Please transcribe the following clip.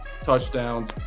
touchdowns